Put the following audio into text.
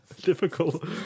difficult